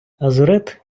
азурит